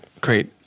Great